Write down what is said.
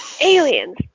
Aliens